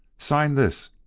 sign this,